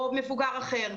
או מבוגר אחר.